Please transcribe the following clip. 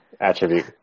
attribute